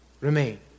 remain